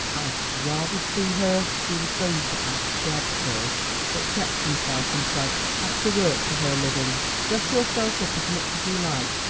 i had rather see her he was going to add, dead first, but checked himself and said have to work for her living dress yourself up as much as you like,